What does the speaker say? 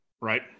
Right